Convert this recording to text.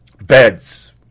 Beds